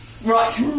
Right